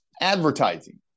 Advertising